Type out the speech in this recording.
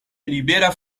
libera